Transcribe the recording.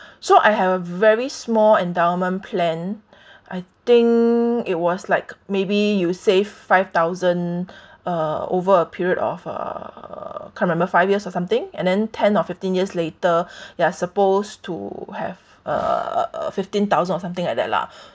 so I have a very small endowment plan I think it was like maybe you say five thousand uh over a period of uh can't remember five years or something and then ten or fifteen years later you're supposed to have a fifteen thousand or something like that lah